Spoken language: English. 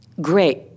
great